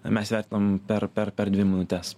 mes vertinam per per per dvi minutes